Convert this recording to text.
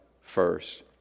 first